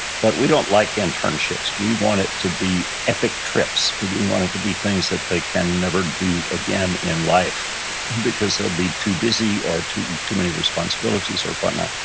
but we don't like internships. we want it to be epic trips. we want it to be things that they can never do again in life because they'll be too busy or too too many responsibilities or whatnot.